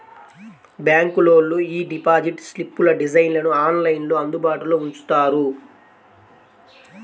బ్యాంకులోళ్ళు యీ డిపాజిట్ స్లిప్పుల డిజైన్లను ఆన్లైన్లో అందుబాటులో ఉంచుతారు